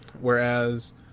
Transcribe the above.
Whereas